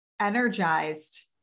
energized